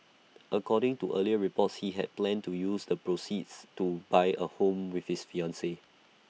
according to earlier reports he had planned to use the proceeds to buy A home with his fiancee